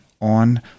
on